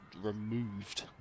removed